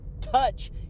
Touch